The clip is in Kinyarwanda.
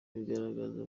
bigaragaza